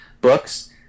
books